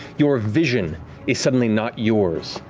your vision is suddenly not yours,